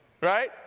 right